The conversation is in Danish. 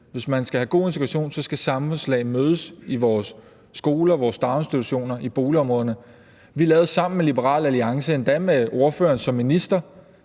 Hvis man skal have god integration, skal samfundslag mødes i vores skoler, i vores daginstitutioner, i boligområderne. Vi lavede sammen med Liberal Alliance, endda med ordføreren som minister,